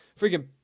freaking